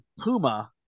Puma